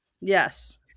yes